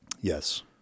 Yes